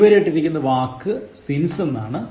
അടിവരയിട്ടിരിക്കുന്ന വാക്ക് since എന്നതാണ്